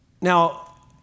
now